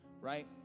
right